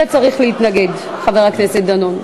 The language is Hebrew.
אתה צריך להתנגד, חבר הכנסת דנון.